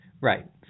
Right